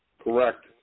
Correct